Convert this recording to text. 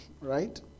Right